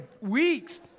weeks